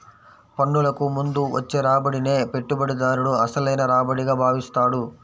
పన్నులకు ముందు వచ్చే రాబడినే పెట్టుబడిదారుడు అసలైన రాబడిగా భావిస్తాడు